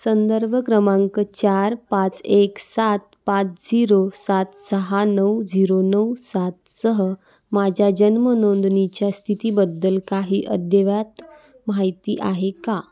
संदर्भ क्रमांक चार पाच एक सात पाच झिरो सात सहा नऊ झिरो नऊ सातसह माझ्या जन्म नोंदणीच्या स्थितीबद्दल काही अद्यव्यात माहिती आहे का